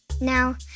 Now